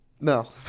No